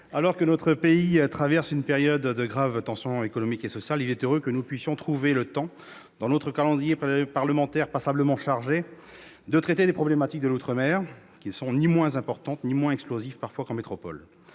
Alors que notre pays traverse une période de graves tensions économiques et sociales, il est heureux que nous puissions trouver le temps, dans notre calendrier parlementaire passablement chargé, de traiter des problématiques de l'outre-mer, qui ne sont ni moins importantes ni moins explosives que celles de la métropole.